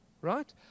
right